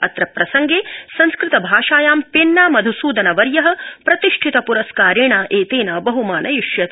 अत्र प्रसंगे संस्कृतभाषायां पेन्ना मध्सूदनवर्य् प्रतिष्ठित प्रस्कारेणैतेन बहमानयिष्यते